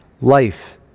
life